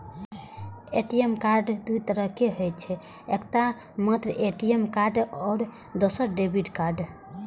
ATM card दू तरहक होइ छै, एकटा मात्र ए.टी.एम कार्ड आ दोसर डेबिट कार्ड